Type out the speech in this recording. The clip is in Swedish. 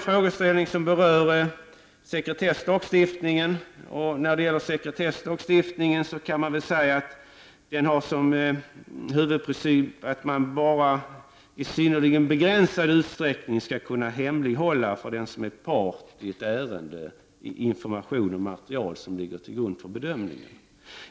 Frågan berör sekretesslagstiftningen, och den har som huvudprincip att man i synnerligen begränsad utsträckning skall hemlighålla för den som är part i ett ärende information och material som ligger till grund för bedömningen.